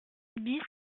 bis